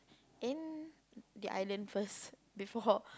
then the island first before